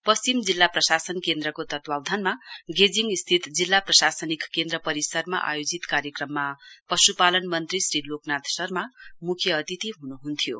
पश्चिम जिल्ला प्रशासन केन्द्रको तत्वावधानमा गेजिङ स्थित जिल्ला प्रशासनिक केन्द्र परिसरमा आयोजित कार्यक्रममा पशुपालन मन्त्री श्री लोकनाथ शर्मा मुख्य अतिथि हुनुहुन्थ्यो